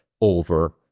over